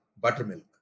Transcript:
buttermilk